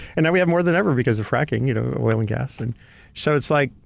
and now we have more than ever because of fracking you know oil and gas, and so it's like,